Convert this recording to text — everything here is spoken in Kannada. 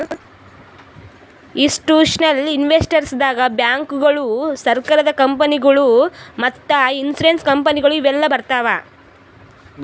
ಇಸ್ಟಿಟ್ಯೂಷನಲ್ ಇನ್ವೆಸ್ಟರ್ಸ್ ದಾಗ್ ಬ್ಯಾಂಕ್ಗೋಳು, ಸರಕಾರದ ಕಂಪನಿಗೊಳು ಮತ್ತ್ ಇನ್ಸೂರೆನ್ಸ್ ಕಂಪನಿಗೊಳು ಇವೆಲ್ಲಾ ಬರ್ತವ್